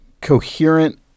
coherent